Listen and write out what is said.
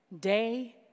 Day